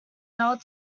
failed